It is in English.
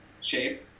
shape